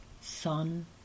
sun